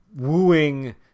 wooing